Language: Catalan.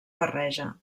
barreja